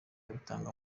bitanga